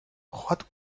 what